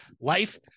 life